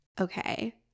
Okay